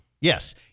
Yes